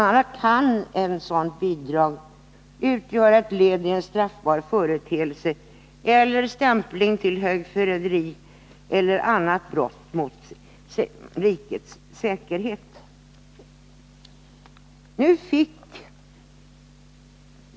a. kunde ett sådant bidrag utgöra ett led i en straffbar företeelse eller stämpling till högförräderi eller annat brott mot rikets säkerhet.